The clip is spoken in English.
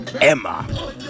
Emma